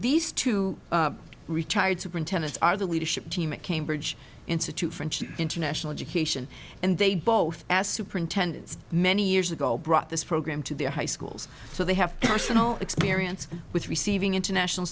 these two retired superintendents are the leadership team at cambridge institute for international education and they both as superintendents many years ago brought this program to their high schools so they have personal experience with receiving international